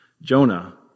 Jonah